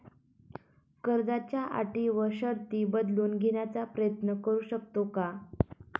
कर्जाच्या अटी व शर्ती बदलून घेण्याचा प्रयत्न करू शकतो का?